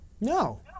No